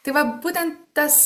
tai va būtent tas